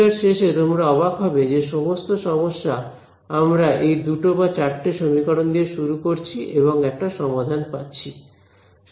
এই বিষয়ের শেষে তোমরা অবাক হবে যে সমস্ত সমস্যা আমরা এই দুটো বা চারটে সমীকরণ দিয়ে শুরু করছি এবং একটা সমাধান পাচ্ছি